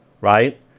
right